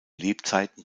lebzeiten